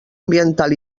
ambiental